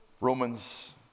Romans